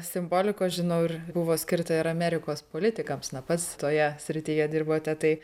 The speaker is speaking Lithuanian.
simbolikos žinau ir buvo skirta ir amerikos politikams na pats toje srityje dirbate tai